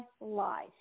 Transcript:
life